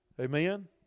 Amen